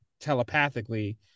telepathically